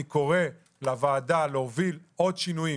אני קורא לוועדה להוביל עוד שינויים